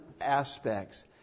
aspects